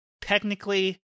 technically